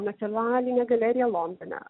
nacionalinė galerija londone